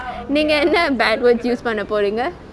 நீங்க என்ன:neenga enna bad words use பண்ண போறீங்கே:panna poringae